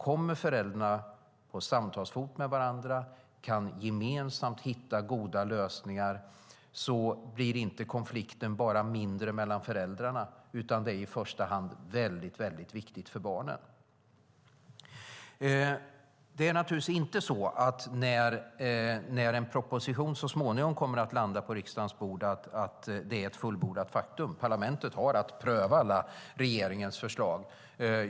Kommer föräldrarna på samtalsfot med varandra och gemensamt kan hitta goda lösningar blir konflikten mindre mellan föräldrarna och det är i första hand mycket viktigt för barnen. När en proposition så småningom kommer att landa på riksdagens bord är det naturligtvis inte ett fullbordat faktum. Parlamentet har att pröva alla regeringens förslag.